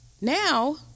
Now